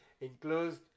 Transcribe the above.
enclosed